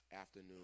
afternoon